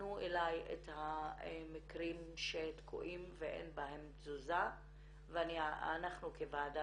תפנו אליי את המקרים שתקועים ואין בהם תזוזה ואנחנו כוועדה